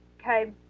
Okay